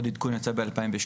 עוד עדכון יצא ב-2013.